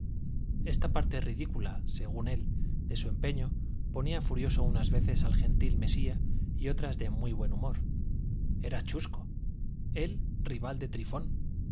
esta parte ridícula según él de su empeño ponía furioso unas veces al gentil mesía y otras de muy buen humor era chusco él rival de trifón